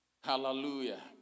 Hallelujah